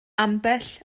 ambell